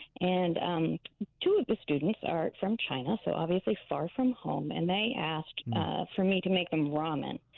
and and two of the students are from china, so obviously far from home. and they asked for me to make them ramen,